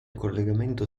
collegamento